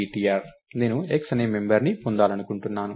నేను x అనే ఈ మెంబర్ ని పొందాలనుకుంటున్నాను